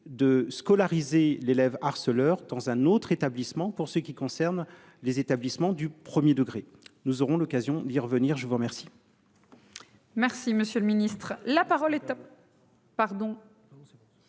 de scolariser l'élève harceleur dans un autre établissement pour ce qui concerne les établissements du 1er degré. Nous aurons l'occasion d'y revenir, je vous remercie.